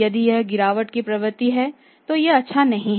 यदि यह गिरावट की प्रवृत्ति में है तो यह अच्छा नहीं है